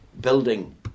building